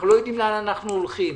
אנחנו לא יודעים לאן אנחנו הולכים.